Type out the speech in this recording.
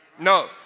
No